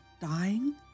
dying